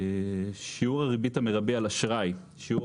"שיעור הריבית המרבי על אשראי" - שיעור